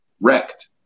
wrecked